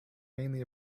mainly